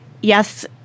yes